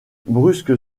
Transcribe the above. brusque